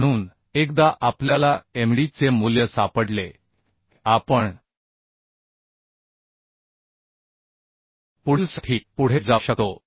म्हणून एकदा आपल्याला Md चे मूल्य सापडले की आपण पुढीलसाठी पुढे जाऊ शकतो